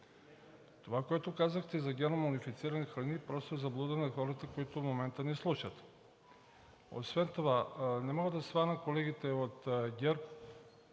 Това, което казахте за генномодифицираните храни, просто е заблуда на хората, които в момента ни слушат. Освен това не мога да схвана колегите от ГЕРБ